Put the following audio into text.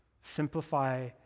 simplify